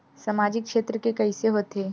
सामजिक क्षेत्र के कइसे होथे?